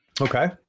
Okay